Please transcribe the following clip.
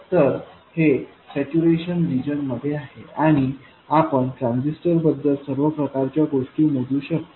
तर हे saturation region मध्ये आहे आणि आपण ट्रान्झिस्टर बद्दल सर्व प्रकारच्या गोष्टी मोजू शकतो